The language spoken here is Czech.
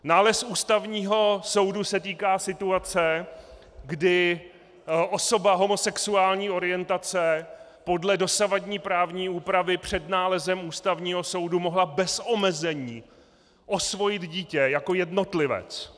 Nález Ústavního soudu se týká situace, kdy osoba homosexuální orientace podle dosavadní právní úpravy před nálezem Ústavního soudu mohla bez omezení osvojit dítě jako jednotlivec.